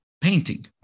painting